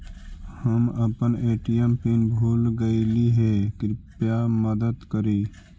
हम अपन ATM PIN भूल गईली हे, कृपया मदद करी